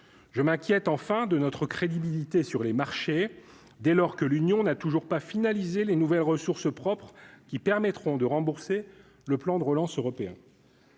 je m'inquiète enfin de notre crédibilité sur les marchés dès lors que l'Union n'a toujours pas finalisé les nouvelles ressources propres qui permettront de rembourser le plan de relance européen.